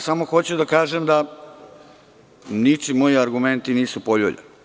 Samo hoću da kažem da ničim moji argumenti nisu poljuljani.